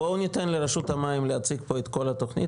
בואו ניתן לרשות המים להציג פה את כל התוכנית,